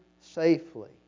safely